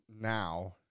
now